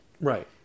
Right